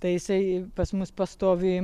tai jisai pas mus pastoviai